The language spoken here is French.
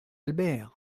albert